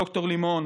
וד"ר לימון,